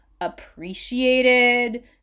appreciated